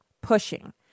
pushing